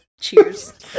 Cheers